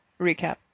recap